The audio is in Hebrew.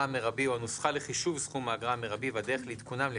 המרבי או הנוסחה לחישוב סכום האגרה המרבי והדרך לעדכונם,